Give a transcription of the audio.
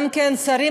גם כן שרים